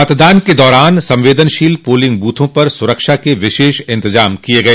मतदान के दौरान संवेदनशील पोलिंग बूथों पर सरक्षा के विशेष इंतजाम किये गय